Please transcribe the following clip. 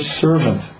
servant